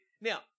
Now